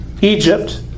Egypt